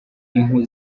impu